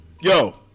Yo